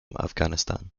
afghanistan